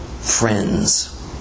friends